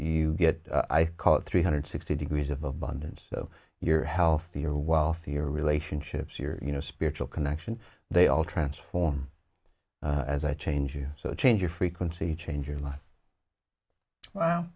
you get i call it three hundred sixty degrees of abundance so you're healthier wealthier relationships your you know spiritual connection they all transform as i change you so change your frequency change your life w